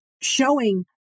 showing